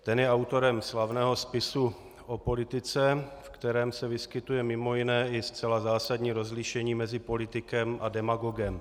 Ten je autorem slavného spisu o politice, v kterém se vyskytuje mj. i zcela zásadní rozlišení mezi politikem a demagogem.